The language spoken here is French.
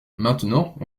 maintenant